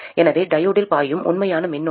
எனவே டையோடில் பாயும் உண்மையான மின்னோட்டம் 2